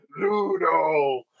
Ludo